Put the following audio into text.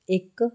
ਇੱਕ